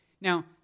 Now